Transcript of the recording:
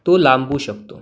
तो लांबू शकतो